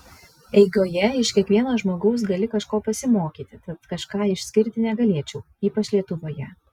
eigoje iš kiekvieno žmogaus gali kažko pasimokyti tad kažką išskirti negalėčiau ypač lietuvoje